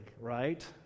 right